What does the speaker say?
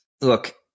look